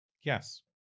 Yes